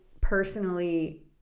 personally